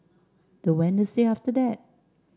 the Wednesday after that